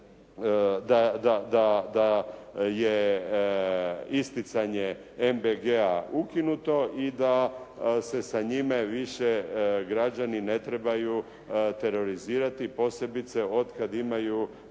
da je isticanje MBG-a ukinuto i da se sa njime više građani ne trebaju terorizirati posebice od kad imaju